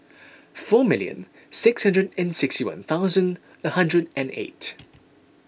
four million six hundred and sixty one thousand a hundred and eight